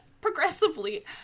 progressively